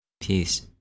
Peace